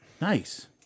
Nice